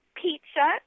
pizza